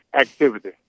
activity